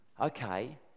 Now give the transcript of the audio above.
Okay